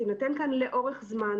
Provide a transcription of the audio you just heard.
שיינתנו לאורך זמן,